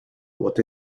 what